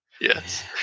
yes